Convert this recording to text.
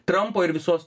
trampo ir visos